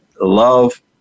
love